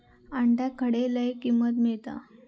अंड्याक खडे लय किंमत मिळात?